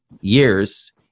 years